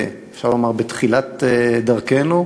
אפשר לומר בתחילת דרכנו,